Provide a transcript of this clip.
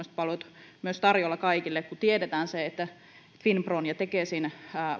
palvelut myös ovat tarjolla kaikille kun tiedetään se että finpron ja tekesin